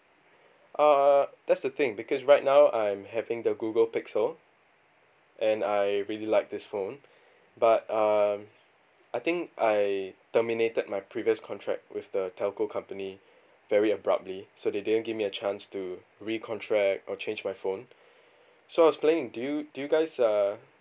uh that's the thing because right now I'm having the google pixel and I really like this phone but um I think I terminated my previous contract with the telco company very abruptly so they didn't give me a chance to recontract or change my phone so I was planning do you do you guys uh